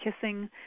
Kissing